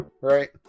Right